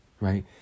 right